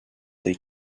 des